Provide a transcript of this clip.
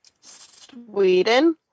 Sweden